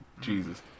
Jesus